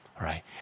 right